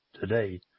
today